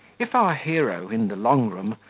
if our hero, in the long-room,